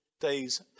day's